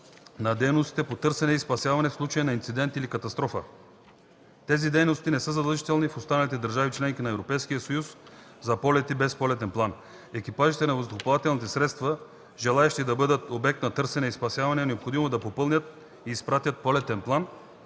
на дейностите по търсене и спасяване в случай на инцидент или катастрофа. Тези дейности не са задължителни в останалите държави – членки на Европейския съюз, за полети без полетен план. Екипажите на въздухоплавателни средства, желаещи да бъдат обект на търсене и спасяване, е необходимо да попълнят и изпратят полетен план,